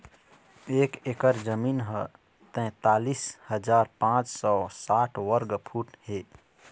एक एकर जमीन ह तैंतालिस हजार पांच सौ साठ वर्ग फुट हे